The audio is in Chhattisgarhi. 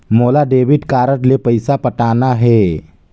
मोला डेबिट कारड ले पइसा पटाना हे?